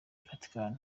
vatican